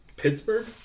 Pittsburgh